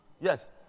Yes